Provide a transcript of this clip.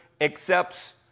accepts